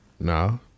No